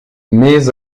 mais